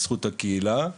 בזכות הקהילה.